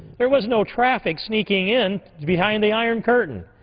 there was no traffic sneaking in behind the iron curtain.